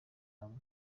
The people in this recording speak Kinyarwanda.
hamwe